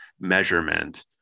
measurement